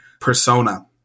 persona